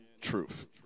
truth